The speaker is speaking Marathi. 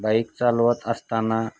बाईक चालवत असताना